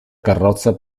carrozza